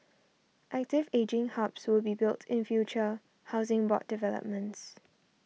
active ageing hubs will be built in future Housing Board developments